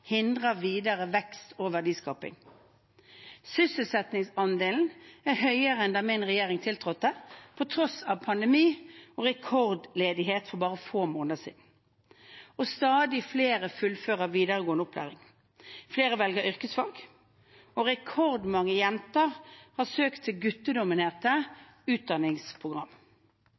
hindrer videre vekst og verdiskaping. Sysselsettingsandelen er høyere enn da min regjering tiltrådte, på tross av pandemi og rekordledighet for bare få måneder siden. Stadig flere fullfører videregående opplæring. Flere velger yrkesfag, og rekordmange jenter har søkt til guttedominerte utdanningsprogram.